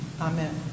Amen